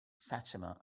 fatima